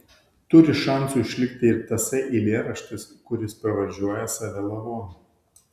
turi šansų išlikti ir tasai eilėraštis kuris pravardžiuoja save lavonu